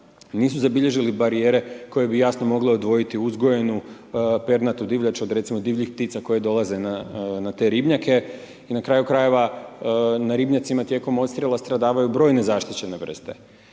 nisu zabilježili barijere koje bi jasno mogle odvojiti uzgojenu pernatu divljač od recimo divljih ptica koje dolaze na te ribnjake i na kraju krajeva na ribnjacima tijekom odstrela stradavaju brojne zaštićene vrste.